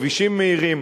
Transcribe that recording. כבישים מהירים,